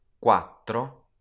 Quattro